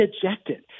Dejected